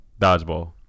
Dodgeball